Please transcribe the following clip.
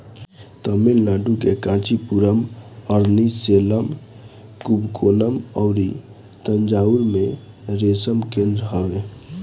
तमिलनाडु के कांचीपुरम, अरनी, सेलम, कुबकोणम अउरी तंजाउर में रेशम केंद्र हवे